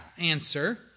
Answer